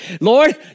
Lord